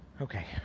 Okay